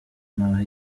n’aho